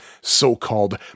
so-called